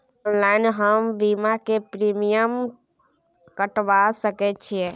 Online हम बीमा के प्रीमियम कटवा सके छिए?